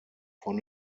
von